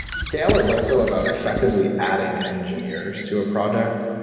scale is also about effectively adding engineers to a product.